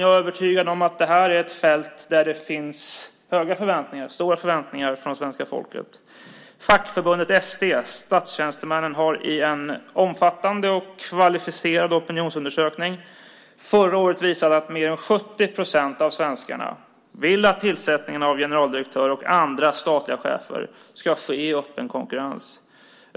Jag är övertygad om att detta är ett fält där det finns stora förväntningar från svenska folket. Fackförbundet ST, Statstjänstemännen, visade i en omfattande och kvalificerad opinionsundersökning förra året att mer än 70 procent av svenskarna vill att tillsättningen av generaldirektörer och andra statliga chefer ska ske i öppen konkurrens.